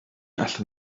allan